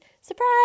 surprise